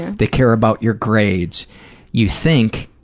they care about your grades you think,